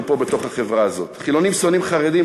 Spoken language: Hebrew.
בתוך החברה הזאת: חילונים שונאים חרדים,